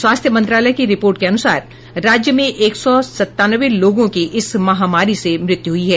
स्वास्थ्य मंत्रालय की रिपोर्ट के अनुसार राज्य में एक सौ सतानवे लोगों की इस महामारी से मृत्यु हुई है